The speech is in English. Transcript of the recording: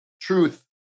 truth